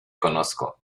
conozco